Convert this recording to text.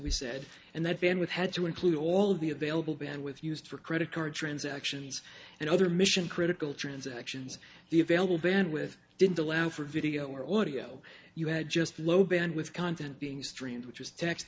we said and that van with had to include all of the available bandwidth used for credit card transactions and other mission critical transactions the available band with didn't allow for video or audio you had just low bandwidth content being streamed which is t